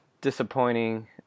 disappointing